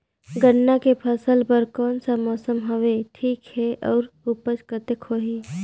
गन्ना के फसल बर कोन सा मौसम हवे ठीक हे अउर ऊपज कतेक होही?